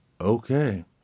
Okay